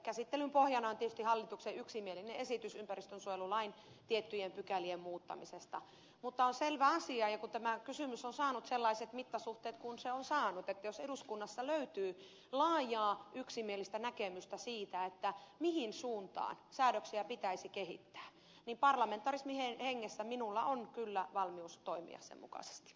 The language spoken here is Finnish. käsittelyn pohjana on tietysti hallituksen yksimielinen esitys ympäristönsuojelulain tiettyjen pykälien muuttamisesta mutta on selvä asia kun tämä kysymys on saanut sellaiset mittasuhteet kuin se on saanut että jos eduskunnassa löytyy laajaa yksimielistä näkemystä siitä mihin suuntaan säädöksiä pitäisi kehittää niin parlamentarismin hengessä minulla on kyllä valmius toimia sen mukaisesti